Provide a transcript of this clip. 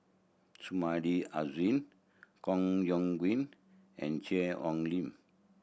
Sumida Haruzo Koh Yong Guan and Cheang Ong Lim